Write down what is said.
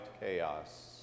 chaos